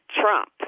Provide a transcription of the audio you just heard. Trump